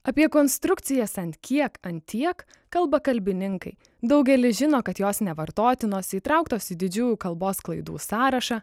apie konstrukcijas ant kiek ant tiek kalba kalbininkai daugelis žino kad jos nevartotinos įtrauktos į didžiųjų kalbos klaidų sąrašą